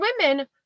women